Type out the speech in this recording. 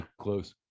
close